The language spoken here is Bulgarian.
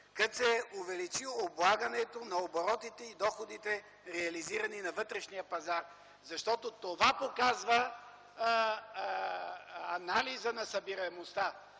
като се увеличи облагането на оборотите и доходите реализирани на вътрешния пазар. Защото това показва анализът на събираемостта.